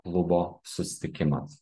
klubo susitikimas